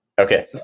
Okay